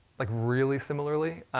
like really similarly.